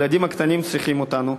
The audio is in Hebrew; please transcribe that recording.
הילדים הקטנים צריכים אותנו.